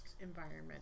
environment